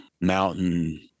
mountain